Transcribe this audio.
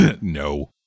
No